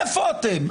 איפה אתם?